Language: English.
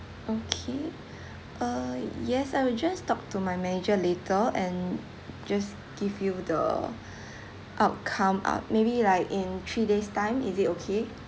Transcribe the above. okay uh yes I will just talk to my manager later and just give you the outcome up~ maybe like in three days' time is it okay